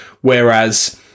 Whereas